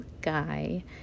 guy